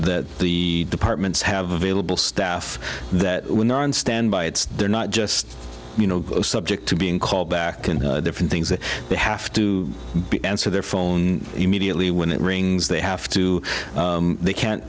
that the departments have available staff that standby it's there not just you know subject to being called back and different things that they have to answer their phone immediately when it rings they have to they can't